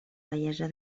vellesa